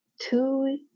two